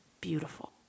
beautiful